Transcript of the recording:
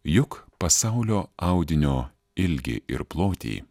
juk pasaulio audinio ilgį ir plotį